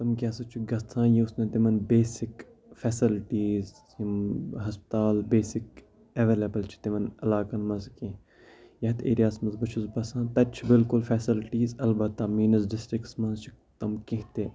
تٕم کیٛاہ سا چھِ گژھان یُس نہٕ تِمَن بیسِک فیسَلٹیٖز یِم ہَسپَتال بیسِک ایویلیبٕل چھِ تِمَن علاقَن منٛزٕ کینٛہہ یَتھ ایریاہَس منٛز بہٕ چھُس بَسان تَتہِ چھِ بالکل فیسَلٹیٖز البتہ میٛٲنِس ڈِسٹِرٛکَس منٛز چھِ تِم کینٛہہ تہِ